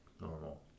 normal